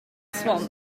swamp